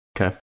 Okay